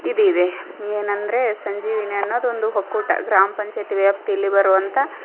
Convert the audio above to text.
ಇದು ಇದೆ ಏನಂದರೆ ಸಂಜೀವಿನಿ ಅನ್ನೋದು ಒಂದು ಒಕ್ಕೂಟ ಗ್ರಾಮ ಪಂಚಾಯತಿ ವ್ಯಾಪ್ತಿಯಲಿ ಬರುವಂಥ